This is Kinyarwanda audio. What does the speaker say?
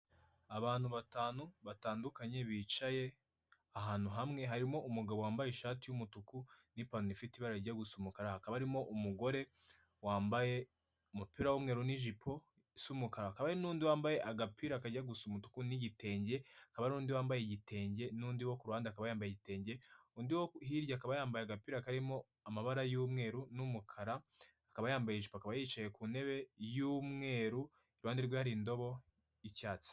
Abantu batanu batandukanye bicaye ahantu hamwe harimo umugabo wambaye ishati y'umutuku n'ipantaro ifite ibara rijya gusa umukara, hakaba harimo umugore wambaye umupira w'umweru n'ijipo isa umukara, hakaba hari n'undi wambaye agapira kajya gusa umutuku n'igitenge, akaba n'undi wambaye igitenge n'undi wo ku ruhande akaba yambaye igitenge, undi wo hirya akaba yambaye agapira karimo amabara y'umweru n'umukara akaba yambaye ijipo akaba yicaye ku ntebe y'umweru iruhande rwe hari indobo y'icyatsi.